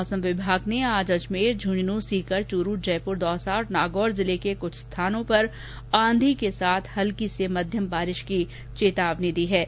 मौसम विभाग ने आज अजमेर झुंझुनू सीकर चूरू जयपुर दौसा तथा नागौर जिलों के कुछ स्थानों पर आंधी के साथ हल्की से मध्यम बारिश की चेंतावनी जारी की है ै